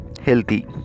healthy